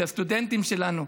שהסטודנטים שלנו,